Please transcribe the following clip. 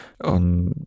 on